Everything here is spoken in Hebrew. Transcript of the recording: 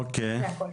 זה הכל.